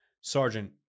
Sergeant